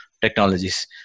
technologies